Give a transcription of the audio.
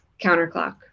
Counterclock